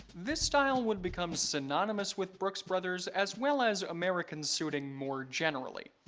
this style would become synonymous with brooks brothers, as well as american suiting, more generally.